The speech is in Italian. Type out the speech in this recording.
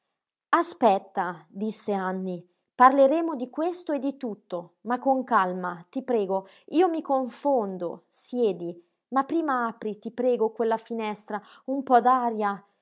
aspetta disse anny parleremo di questo e di tutto ma con calma ti prego io mi confondo siedi ma prima apri ti prego quella finestra un po